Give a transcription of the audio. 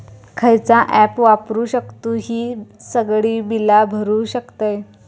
खयचा ऍप वापरू शकतू ही सगळी बीला भरु शकतय?